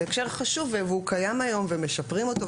זה הקשר חשוב והוא קיים היום ומשפרים אותו,